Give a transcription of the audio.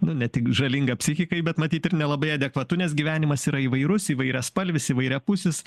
nu ne tik žalinga psichikai bet matyt ir nelabai adekvatu nes gyvenimas yra įvairus įvairiaspalvis įvairiapusis